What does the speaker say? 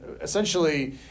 essentially